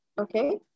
okay